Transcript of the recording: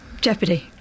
jeopardy